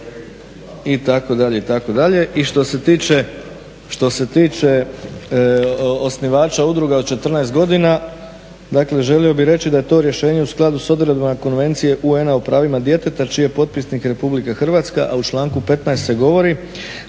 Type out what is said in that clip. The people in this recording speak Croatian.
itd., itd. I što se tiče osnivača udruga od 14 godina, dakle želio bih reći da je to rješenje u skladu s odredbama Konvencije UN-a o pravima djeteta čiji je potpisnik RH, a u članku 15. se govori